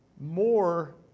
More